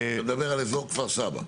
אתה מדבר על אזור כפר סבא?